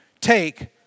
take